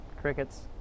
crickets